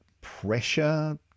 pressure